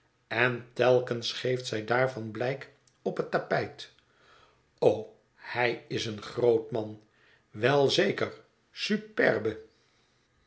en telkens geeft zij daarvan blijk op het tapijt o hij is een groot man wel zeker superbe